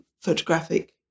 photographic